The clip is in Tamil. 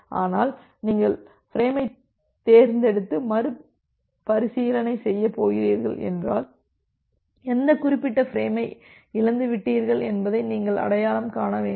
ஆனால் நீங்கள் ஃபிரேமைத் தேர்ந்தெடுத்து மறுபரிசீலனை செய்யப் போகிறீர்கள் என்றால் எந்த குறிப்பிட்ட ஃபிரேமை இழந்துவிட்டீர்கள் என்பதை நீங்கள் அடையாளம் காண வேண்டும்